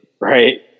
right